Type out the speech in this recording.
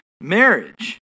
Marriage